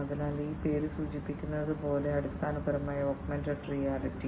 അതിനാൽ ഈ പേര് സൂചിപ്പിക്കുന്നത് പോലെ അടിസ്ഥാനപരമായി ഓഗ്മെന്റഡ് റിയാലിറ്റി